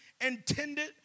intended